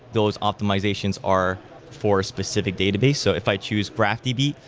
those optimizations are for specific database. so if i choose graph db,